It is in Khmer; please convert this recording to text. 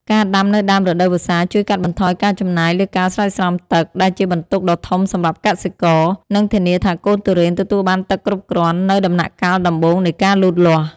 ការដាំនៅដើមរដូវវស្សាជួយកាត់បន្ថយការចំណាយលើការស្រោចស្រពទឹក ដែលជាបន្ទុកដ៏ធំសម្រាប់កសិករ និងធានាថាកូនទុរេនទទួលបានទឹកគ្រប់គ្រាន់នៅដំណាក់កាលដំបូងនៃការលូតលាស់។